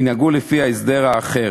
ינהגו לפי ההסדר האחר,